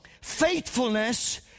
faithfulness